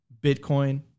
Bitcoin